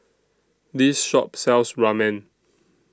This Shop sells Ramen